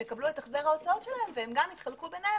הם יקבלו את החזר ההוצאות שלהם וגם יתחלקו ביניהם